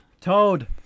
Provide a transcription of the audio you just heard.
Toad